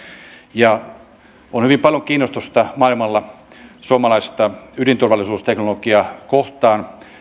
maailmalla on hyvin paljon kiinnostusta suomalaista ydinturvallisuusteknologiaa kohtaan